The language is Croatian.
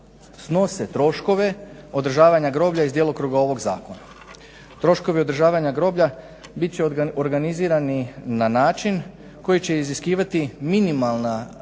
snose troškove održavanja groblja iz djelokruga ovog zakona. Troškovi održavanja groblja bit će organizirani na način koji će iziskivati minimalna